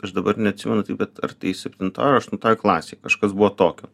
aš dabar neatsimenu tai bet ar tai septintoj ar aštuntoj klasėj kažkas buvo tokio